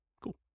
Cool